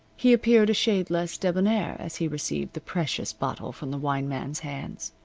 he appeared a shade less debonair as he received the precious bottle from the wine man's hands.